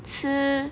吃